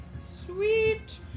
Sweet